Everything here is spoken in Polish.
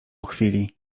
chwili